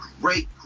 great